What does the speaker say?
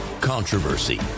Controversy